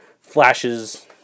flashes